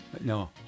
no